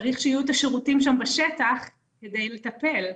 צריך שיהיו את השירותים שם בשטח כדי לטפל,